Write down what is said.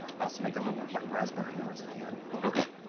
also make a little, like, raspberry noise at the end and go